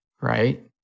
right